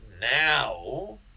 now